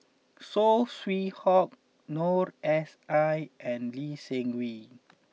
Saw Swee Hock Noor S I and Lee Seng Wee